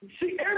see